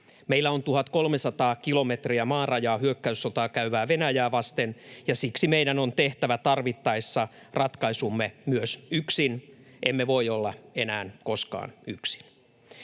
Meillä on 1 300 kilometriä maarajaa hyökkäyssotaa käyvää Venäjää vasten, ja siksi meidän on tehtävä tarvittaessa ratkaisumme myös yksin. Emme voi olla enää koskaan yksin.